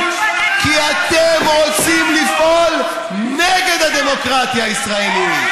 כי אתם רוצים לפעול נגד הדמוקרטיה הישראלית,